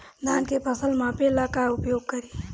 धान के फ़सल मापे ला का उपयोग करी?